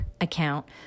account